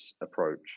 approach